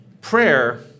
prayer